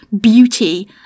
beauty